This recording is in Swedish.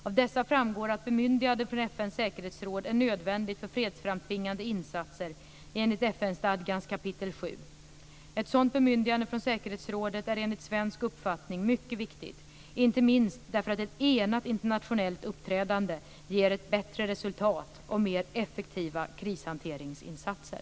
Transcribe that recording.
Av dessa framgår att bemyndigande från FN:s säkerhetsråd är nödvändigt för fredsframtvingande insatser enligt FN-stadgans kapitel VII. Ett sådant bemyndigande från säkerhetsrådet är enligt svensk uppfattning mycket viktigt, inte minst därför att ett enat internationellt uppträdande ger ett bättre resultat och mer effektiva krishanteringsinsatser.